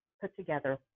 put-together